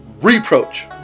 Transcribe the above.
reproach